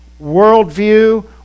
worldview